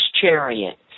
chariot